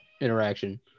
interaction